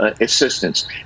assistance